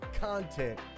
content